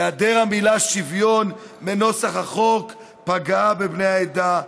היעדר המילה "שוויון" בנוסח החוק פגע בבני העדה,